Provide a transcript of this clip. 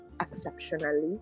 exceptionally